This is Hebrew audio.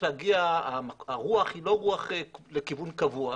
היא שהרוח היא לא רוח לכיוון קבוע.